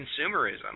consumerism